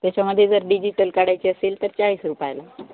त्याच्यामध्ये जर डिजिटल काढायची असेल तर चाळीस रुपयाला